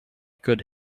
could